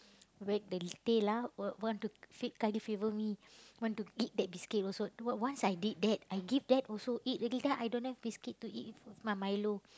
wag the tail ah want want to feed me want to eat that biscuit also once once I did that I give that also eat already then I don't have biscuit to eat with with my Milo